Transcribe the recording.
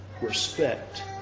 respect